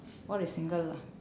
what is single law